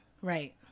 Right